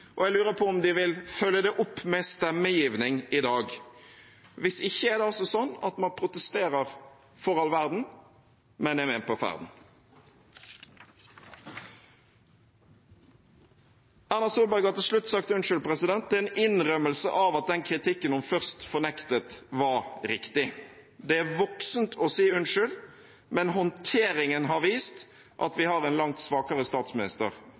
og jeg lurer på om de vil følge det opp ved stemmegivningen i dag. Hvis ikke er det slik at man protesterer for all verden, men er med på ferden. Erna Solberg har til slutt sagt unnskyld. Det er en innrømmelse av at den kritikken hun først fornektet, var riktig. Det er voksent å si unnskyld, men håndteringen har vist at vi har en langt svakere statsminister